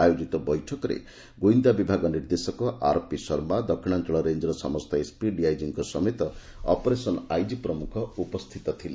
ଆୟୋଜିତ ବୈଠକରେ ଗୁଇନ୍ଦା ବିଭାଗ ନିର୍ଦ୍ଦେଶକ ଆର୍ପି ଶର୍ମା ଦକ୍ଷିଣାଞ୍ଚଳ ରେଞ୍ଚର ସମସ୍ତ ଏସ୍ପି ଡିଆଇଜିଙ୍ଙ ସମେତ ଅପରେସନ ଆଇଜି ପ୍ରମୁଖ ଉପସ୍ତିତ ଥିଲେ